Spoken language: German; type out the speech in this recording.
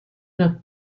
nach